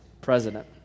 president